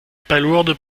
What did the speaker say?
palourdes